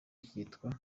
kitwa